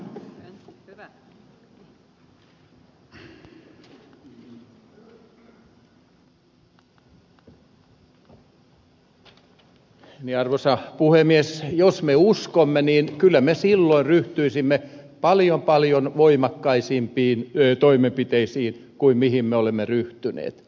niin arvoisa puhemies jos me uskomme niin kyllä me silloin ryhtyisimme paljon paljon voimakkaampiin toimenpiteisiin kuin mihin me olemme ryhtyneet